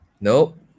Nope